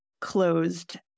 closed